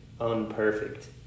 unperfect